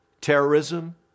Terrorism